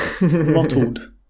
Mottled